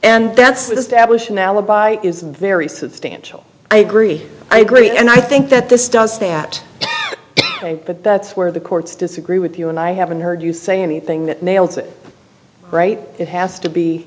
and that's just abolition alibi is very substantial i agree i agree and i think that this does that but that's where the courts disagree with you and i haven't heard you say anything that nails it right it has to be